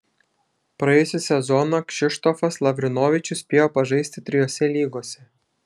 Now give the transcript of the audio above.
praėjusį sezoną kšištofas lavrinovičius spėjo pažaisti trijose lygose